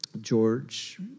George